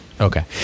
Okay